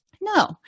No